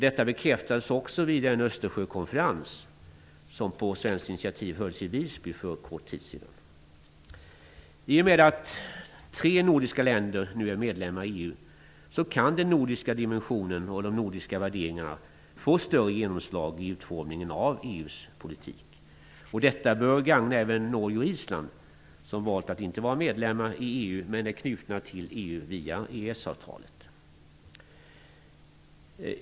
Detta bekräftades också vid den Östersjökonferens som på svenskt initiativ hölls i Visby för en kort tid sedan. I och med att tre nordiska länder nu är medlemmar i EU kan den nordiska dimensionen och de nordiska värderingarna få större genomslag i utformningen av EU:s politik. Detta bör gagna även Norge och Island, som valt att inte vara medlemmar i EU, men som är knutna till EU via EES-avtalet.